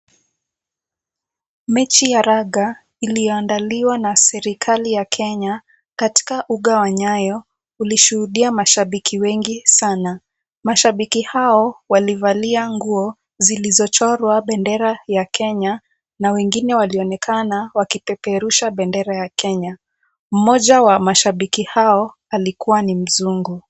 Mechi ya raga, iliyoandaliwa na serikali ya Kenya, katika ugawanyayo, ulishuhudia mashabiki wengi sana. Mashabiki hao walivalia nguo zilizochorwa bendera ya Kenya na wengine walionekana wakipeperusha bendera ya Kenya. Mmoja wa mashabiki hao alikuwa ni mzungu.